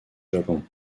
japon